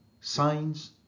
signs